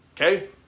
Okay